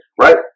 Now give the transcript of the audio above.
right